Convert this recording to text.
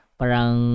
parang